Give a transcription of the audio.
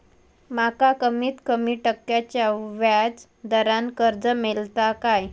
माका कमीत कमी टक्क्याच्या व्याज दरान कर्ज मेलात काय?